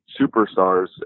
superstars